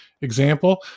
example